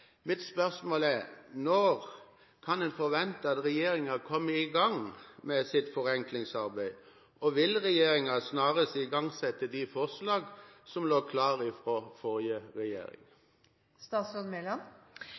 Mitt spørsmål er: Når kan en forvente at regjeringen kommer i gang med sitt forenklingsarbeid? Vil regjeringen snarest igangsette de forslag som lå klare fra forrige